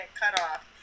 cutoff